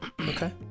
Okay